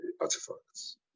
artifacts